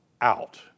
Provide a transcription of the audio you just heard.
out